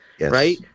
right